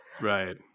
right